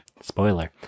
spoiler